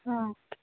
ಹಾಂ